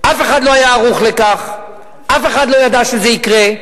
אף אחד לא היה ערוך לכך, אף אחד לא ידע שזה יקרה.